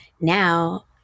now